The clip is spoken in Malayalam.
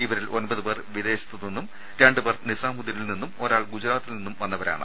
ഇവരിൽ ഒൻപതുപേർ വിദേശത്ത് നിന്നും രണ്ടു പേർ നിസാമുദ്ദീനിൽ നിന്നും ഒരാൾ ഗുജറാത്തിൽ നിന്നും വന്നവരാണ്